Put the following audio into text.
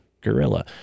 gorilla